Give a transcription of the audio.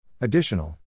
Additional